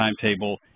timetable